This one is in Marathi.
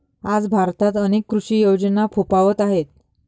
आज भारतात अनेक कृषी योजना फोफावत आहेत